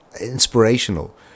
inspirational